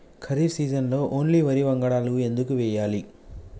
ఖరీఫ్ సీజన్లో ఓన్లీ వరి వంగడాలు ఎందుకు వేయాలి?